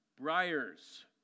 Briars